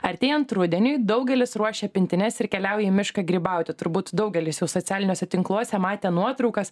artėjant rudeniui daugelis ruošia pintines ir keliauja į mišką grybauti turbūt daugelis jų socialiniuose tinkluose matę nuotraukas